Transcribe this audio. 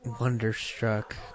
Wonderstruck